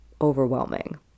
overwhelming